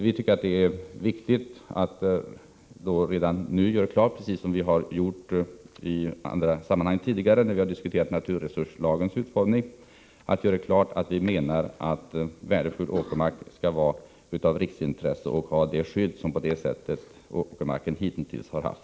Vi tycker att det är viktigt att redan nu göra klart — precis som när vi tidigare har diskuterat naturresurslagens utformning — att värdefull åkermark skall vara av riksintresse och ha det skydd som åkermark hittills har haft.